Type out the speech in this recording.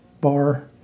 bar